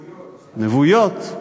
נבואיות.